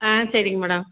ஆ சரிங்க மேடம்